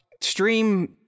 stream